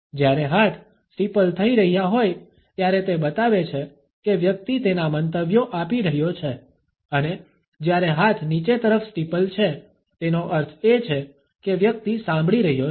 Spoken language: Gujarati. જ્યારે હાથ સ્ટીપલ થઈ રહ્યા હોય ત્યારે તે બતાવે છે કે વ્યક્તિ તેના મંતવ્યો આપી રહ્યો છે અને જ્યારે હાથ નીચે તરફ સ્ટીપલ છે તેનો અર્થ એ છે કે વ્યક્તિ સાંભળી રહ્યો છે